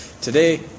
Today